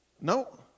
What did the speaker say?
No